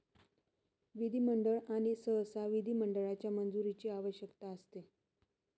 विधिमंडळ आणि सहसा विधिमंडळाच्या मंजुरीची आवश्यकता असते